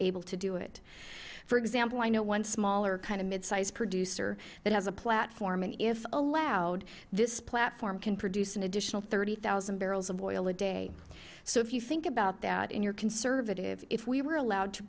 able to do it for example i know one smaller kind of midsized producer that has a platform and if allowed this platform can produce an additional thirty thousand barrels of oil a day so if you think about that and you're conservative if we were allowed to